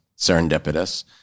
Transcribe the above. serendipitous